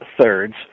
thirds